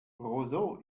roseau